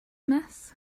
mess